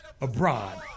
abroad